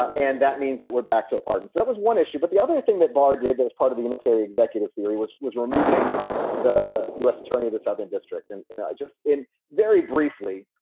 and that means that we're back to apartments. that was one issue. but the other thing that barr did as part of the unitary executive theory was was removing the us attorney of the southern district. and just in very briefly,